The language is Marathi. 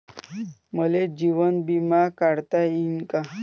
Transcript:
मले जीवन बिमा काढता येईन का?